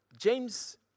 James